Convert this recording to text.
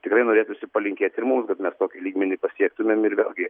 tikrai norėtųsi palinkėti ir mums bet tokį lygmenį pasiektumėm ir vėl gi